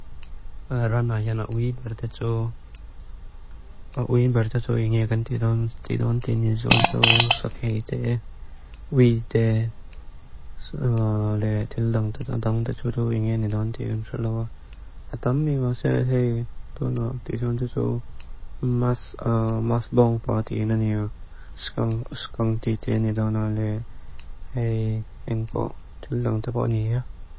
A rána yá na'a wí bárta tsuw. A wí bárta tsuw yng'i yá kan tìdánti nijón tsuw sá k'héite'e. Wí tìdánti tsuw yng'i yá nidánti yun tsuw lawa. A tán miwá sá yá hei tó na'a tìdánti tsuw mas bóng páti yiná niyó skáng tìdé nidá na'a le hei yá nkó tìldánti bóni yá.